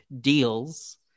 deals